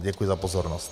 Děkuji za pozornost.